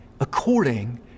according